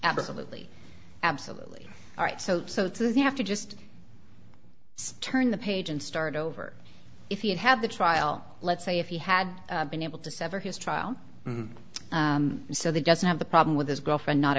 absolutely absolutely all right so so they have to just turn the page and start over if you have the trial let's say if he had been able to sever his trial so that doesn't have the problem with his girlfriend not